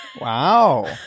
Wow